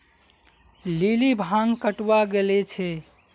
lily भांग कटावा गले छे